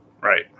Right